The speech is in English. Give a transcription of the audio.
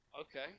Okay